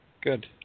Good